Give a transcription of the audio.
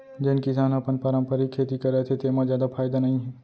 जेन किसान ह अपन पारंपरिक खेती करत हे तेमा जादा फायदा नइ हे